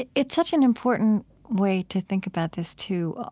ah it's such an important way to think about this too.